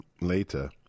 later